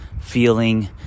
feeling